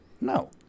No